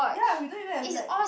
ya we don't even have like